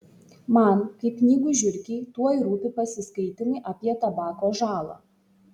man kaip knygų žiurkei tuoj rūpi pasiskaitymai apie tabako žalą